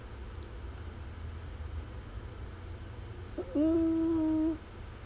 mm